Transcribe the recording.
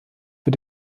für